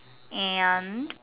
and